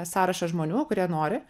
sąrašą žmonių kurie nori